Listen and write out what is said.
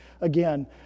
Again